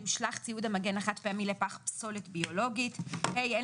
יושלך ציוד המגן החד פעמי לפח פסולת ביולוגית; אין